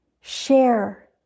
share